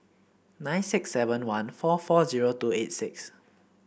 nine six seven one four four zero two eight six